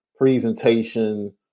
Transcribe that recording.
presentation